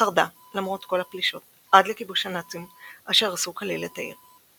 שרדה למרות כל הפלישות עד לכיבוש הנאצים אשר הרסו כליל את העיר.